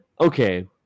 Okay